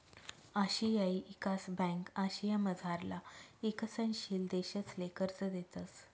आशियाई ईकास ब्यांक आशियामझारला ईकसनशील देशसले कर्ज देतंस